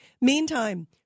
Meantime